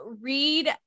read